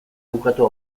bukatu